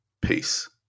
peace